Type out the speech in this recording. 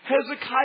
Hezekiah